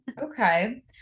Okay